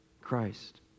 Christ